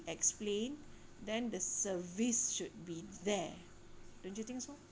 explained then the service should be there don't you think so